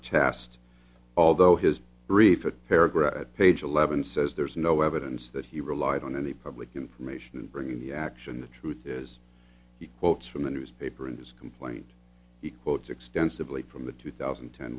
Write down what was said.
test although his brief a paragraph at page eleven says there is no evidence that he relied on any public information in bringing the action the truth is he quotes from the newspaper in his complaint he quotes extensively from the two thousand